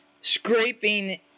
scraping